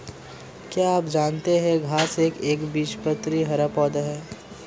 क्या आप जानते है घांस एक एकबीजपत्री हरा पौधा है?